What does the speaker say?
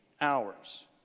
hours